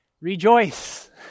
Rejoice